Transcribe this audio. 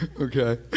Okay